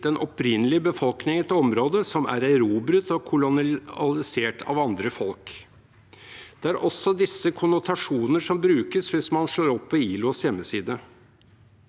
den opprinnelige befolkningen i et område som er erobret og kolonisert av andre folk. Det er også disse konnotasjoner som brukes hvis man slår opp på ILOs hjemmeside.